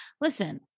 Listen